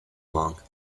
monk